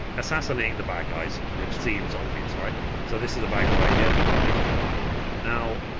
assassinating the bad guys which seems obvious right so this is a bad girl right here but i'm going to leave them alone now